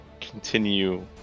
continue